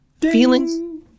Feelings